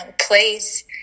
place